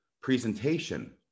presentation